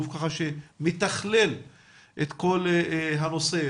גוף שמתכלל את כל הנושא.